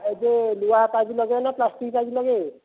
ଆଉ ଯେଉଁ ଲୁହା ପାଇପ୍ ଲଗାଇବେ ନା ପ୍ଲାଷ୍ଟିକ୍ ପାଇପ୍ ଲଗାଇବେ